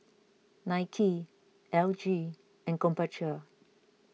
Nike L G and Krombacher